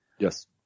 Yes